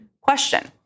question